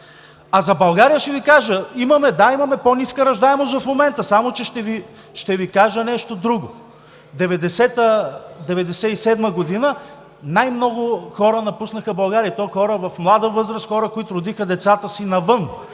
А за България ще Ви кажа – имаме, да, имаме по-ниска раждаемост в момента, само че ще Ви кажа нещо друго: 1990 –1997 г. най-много хора напуснаха България, и то хора в млада възраст, хора, които родиха децата си навън.